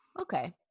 okay